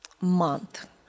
month